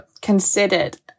considered